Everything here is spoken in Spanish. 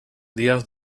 días